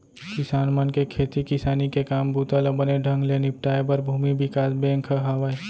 किसान मन के खेती किसानी के काम बूता ल बने ढंग ले निपटाए बर भूमि बिकास बेंक ह हावय